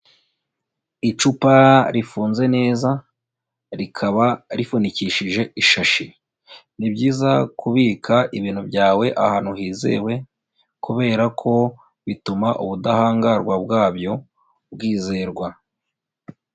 Icupa rifunze neza, rikaba rifunikishije ishashi. Ni byiza kubika ibintu byawe ahantu hizewe, kubera ko bituma ubudahangarwa bwabyo bwizerwa.